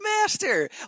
master